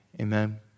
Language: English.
Amen